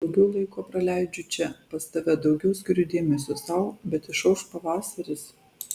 daugiau laiko praleidžiu čia pas tave daugiau skiriu dėmesio sau bet išauš pavasaris